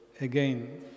again